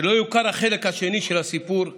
שלא יוכר החלק השני של הסיפור הנורא.